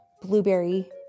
blueberry